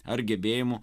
ar gebėjimu